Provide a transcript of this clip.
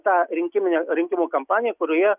tą rinkiminę rinkimų kampaniją kurioje